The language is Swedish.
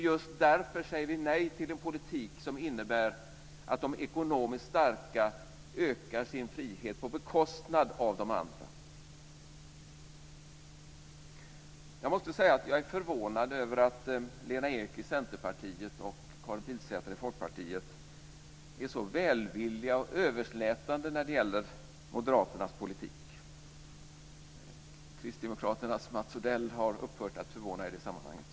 Just därför säger vi nej till en politik som innebär att de ekonomiskt starka ökar sin frihet på bekostnad av de andra. Jag måste säga att jag är förvånad över att Lena Ek i Centerpartiet och Karin Pilsäter i Folkpartiet är så välvilliga och överslätande när det gäller moderaternas politik. Kristdemokraternas Mats Odell har upphört att förvåna i det sammanhanget.